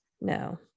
No